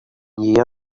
year